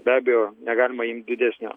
be abejo negalima imt didesnio